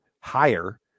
higher